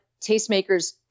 tastemakers